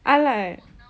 I like